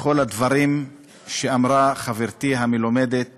לכל הדברים שאמרה חברתי המלומדת